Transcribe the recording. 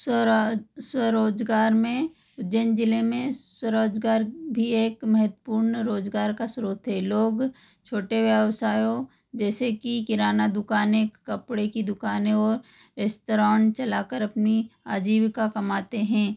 स्वराज स्वरोजगार में उज्जैन जिले में स्वरोजगार भी एक महत्वपूर्ण रोजगार का स्रोत है लोग छोटे व्यवसायों जैसे कि किराना दुकाने कपड़े की दुकानों और रेस्टोरेंट चला कर अपनी आजीविका कमाते हैं